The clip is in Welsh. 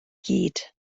gyd